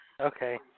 Okay